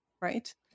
right